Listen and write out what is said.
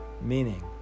meaning